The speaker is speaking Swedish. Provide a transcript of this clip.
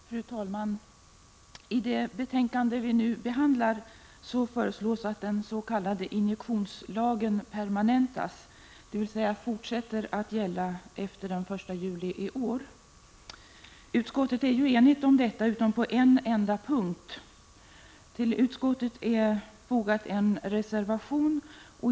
Fru talman! I det betänkande vi nu behandlar föreslås att den s.k. injektionslagen permanentas, dvs. fortsätter att gälla efter den 1 juli i år. Utskottet är enigt om detta utom på en enda punkt. Till utskottets betänkande är fogat en reservation.